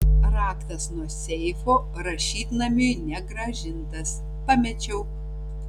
raktas nuo seifo rašytnamiui negrąžintas pamečiau